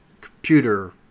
computer